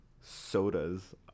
sodas